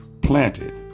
planted